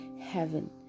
heaven